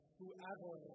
whoever